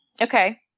Okay